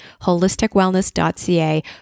holisticwellness.ca